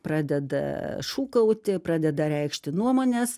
pradeda šūkauti pradeda reikšti nuomones